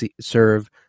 serve